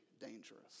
dangerous